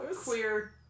Queer